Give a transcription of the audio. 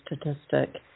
statistic